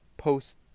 Post